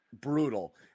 brutal